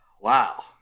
Wow